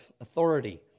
authority